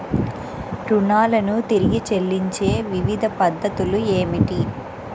రుణాలను తిరిగి చెల్లించే వివిధ పద్ధతులు ఏమిటి?